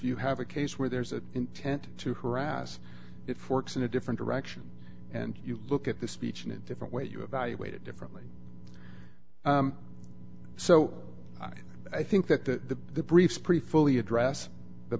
you have a case where there's an intent to harass it forks in a different direction and you look at the speech in a different way you evaluate it differently so i think that the the briefs pretty fully address the